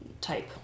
type